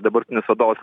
dabartinis vadovas